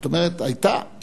זאת אומרת היתה,